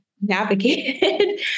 navigated